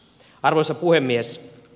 arvoisa puhemies